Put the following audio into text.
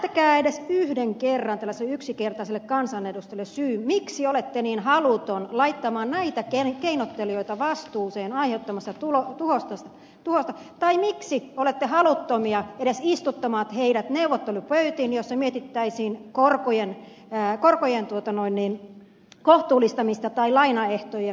vääntäkää edes yhden kerran tällaiselle yksinkertaiselle kansanedustajalle syy miksi olette niin haluttomia laittamaan näitä keinottelijoita vastuuseen aiheuttamastaan tuhosta tai miksi olette haluttomia edes istuttamaan heidät neuvottelupöytiin joissa mietittäisiin korkojen kohtuullistamista tai lainaehtojen muuttamista